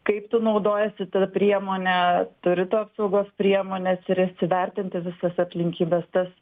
kaip tu naudojiesi ta priemone turi tu apsaugos priemones ir įsivertinti visas aplinkybes tas